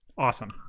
Awesome